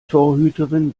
torhüterin